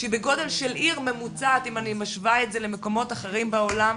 בגודל של עיר ממוצעת אם אני משווה את זה למקומות אחרים בעולם.